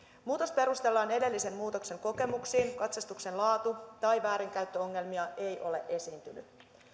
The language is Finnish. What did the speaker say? muutosta perustellaan edellisen muutoksen kokemuksilla katsastuksen laatu tai väärinkäyttöongelmia ei ole esiintynyt